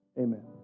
Amen